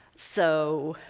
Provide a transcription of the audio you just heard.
so,